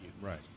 Right